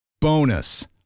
Bonus